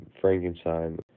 Frankenstein